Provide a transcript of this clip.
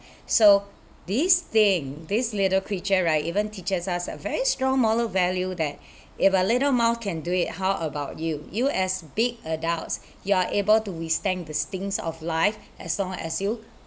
so this thing this little creature right even teaches us a very strong moral value that if a little mouse can do it how about you you as big adults you are able to withstand the stings of life as long as you